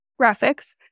graphics